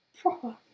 proper